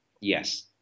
Yes